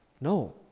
No